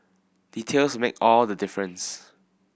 details make all the difference